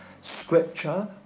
Scripture